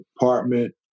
apartment